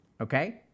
Okay